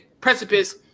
precipice